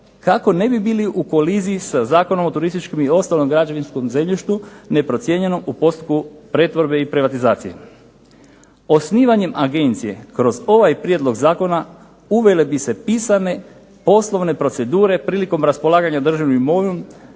kako ne bi bili u koliziji sa Zakonom o turističkom i ostalom građevinskom zemljištu neprocijenjenom u postupku pretvorbe i privatizacije. Osnivanjem Agencije kroz ovaj prijedlog zakona uvele bi se pisane poslovne procedure prilikom raspolaganja državnom imovinom